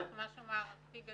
צריך משהו מערכתי.